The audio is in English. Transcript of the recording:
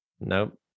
nope